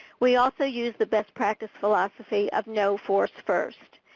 we also use the best practice philosophy of no force first.